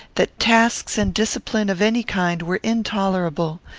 that tasks and discipline of any kind were intolerable.